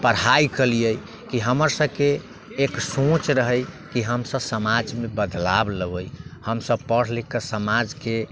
पढ़ाइ कयलियै की हमर सबके एक सोच रहै की हमसब समाजमे बदलाव लबै हमसब पढ़ि लिखिके समाजके